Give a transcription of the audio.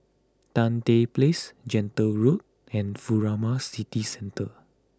Tan Tye Place Gentle Road and Furama City Centre